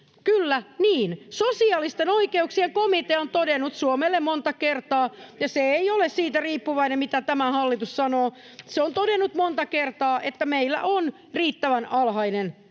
kyllä pitää!] Sosiaalisten oikeuksien komitea on todennut Suomelle monta kertaa, ja se ei ole siitä riippuvainen, mitä tämä hallitus sanoo, että meillä on liian alhainen